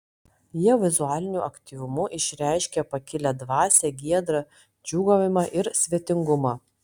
jie vizualiniu aktyvumu išreiškė pakilią dvasią giedrą džiūgavimą ir svetingumą